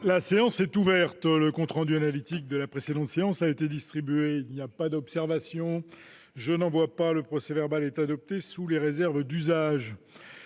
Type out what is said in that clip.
La séance est ouverte. Le compte rendu analytique de la précédente séance a été distribué. Il n'y a pas d'observation ?... Le procès-verbal est adopté sous les réserves d'usage.